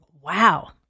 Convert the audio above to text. Wow